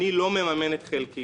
אני לא מממן את חלקי.